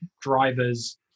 drivers